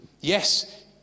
Yes